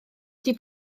ydi